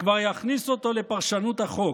כבר יכניס אותו לפרשנות החוק,